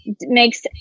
makes